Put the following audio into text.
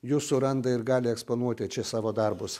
jus suranda ir gali eksponuoti čia savo darbus